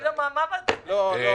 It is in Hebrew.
--- לא, לא.